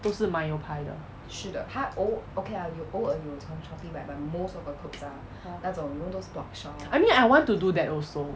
都是买有牌的 I mean I want to do that also